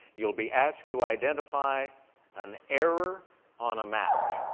you'll be asked to identify an error on a map.